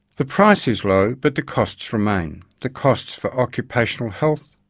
the price is low, but the costs remain, the costs for occupational health,